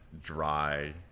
dry